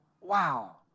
Wow